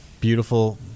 beautiful